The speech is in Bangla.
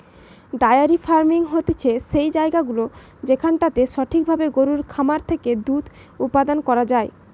ডায়েরি ফার্মিং হতিছে সেই জায়গাগুলা যেখানটাতে সঠিক ভাবে গরুর খামার থেকে দুধ উপাদান করা হয়